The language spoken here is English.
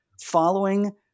following